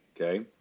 Okay